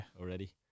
already